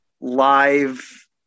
live